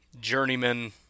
journeyman